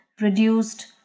reduced